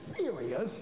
serious